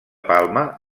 palma